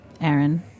Aaron